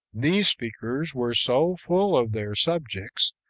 these speakers were so full of their subjects,